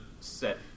set